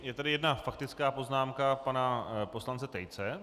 Je tady jedna faktická poznámka pana poslance Tejce.